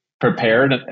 prepared